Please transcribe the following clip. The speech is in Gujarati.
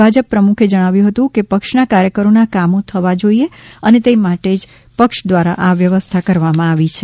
ભાજપ પ્રમુખે જણાવ્યું હતું કે પક્ષના કાર્યકરોના કામો થવા જોઈએ અને તે માટે જ પક્ષ દ્વારા આ વ્યવસ્થા કરવામાં આવી રહી છે